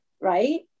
right